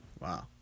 Wow